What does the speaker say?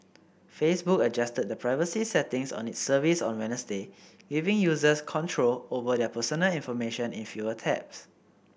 Facebook adjusted the privacy settings on its service on Wednesday giving users control over their personal information in fewer taps